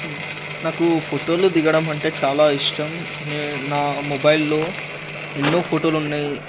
నాకూ ఫొటోలు దిగడం అంటే చాలా ఇష్టం నే నా మొబైల్లో ఎన్నో ఫొటోలున్నయి